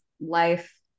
life